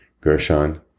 Gershon